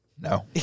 No